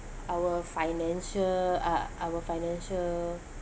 our financial uh our financial